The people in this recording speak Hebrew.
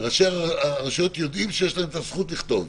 ואז ראשי הרשויות יודעים שיש להן את הזכות לכתוב.